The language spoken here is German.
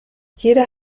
jeder